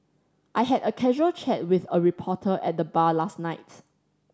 I had a casual chat with a reporter at the bar last night